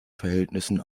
verhältnissen